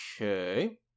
Okay